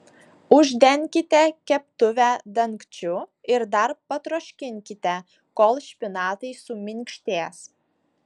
uždenkite keptuvę dangčiu ir dar patroškinkite kol špinatai suminkštės